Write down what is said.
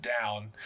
down